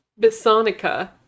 Bisonica